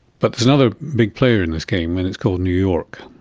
but there's another big player in this game, and it's called new york.